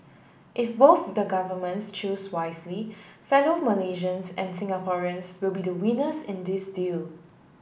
if both the governments choose wisely fellow Malaysians and Singaporeans will be the winners in this deal